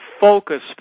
focus